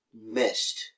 missed